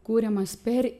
kuriamas per